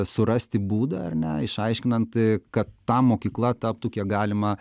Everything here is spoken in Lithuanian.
surasti būdą ar ne išaiškinant kad ta mokykla taptų kiek galima